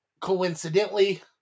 Coincidentally